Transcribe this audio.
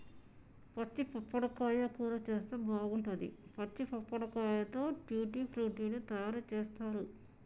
పచ్చి పప్పడకాయ కూర చేస్తే బాగుంటది, పచ్చి పప్పడకాయతో ట్యూటీ ఫ్రూటీ లు తయారు చేస్తారు